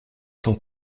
cent